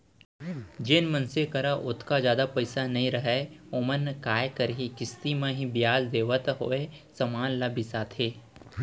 जेन मनसे करा ओतका जादा पइसा नइ रहय ओमन काय करहीं किस्ती म ही बियाज देवत होय समान मन ल बिसाथें